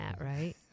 right